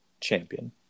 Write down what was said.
Champion